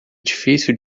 difícil